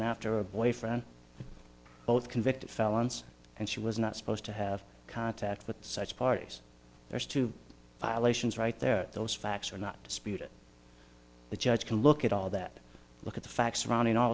after a boyfriend both convicted felons and she was not supposed to have contact with such parties there's two violations right there those facts are not disputed the judge can look at all that look at the facts surrounding all